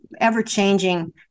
ever-changing